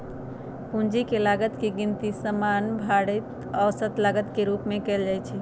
पूंजी के लागत के गिनती सामान्य भारित औसत लागत के रूप में कयल जाइ छइ